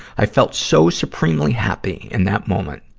i felt so supremely happy in that moment.